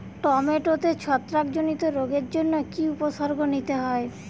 টমেটোতে ছত্রাক জনিত রোগের জন্য কি উপসর্গ নিতে হয়?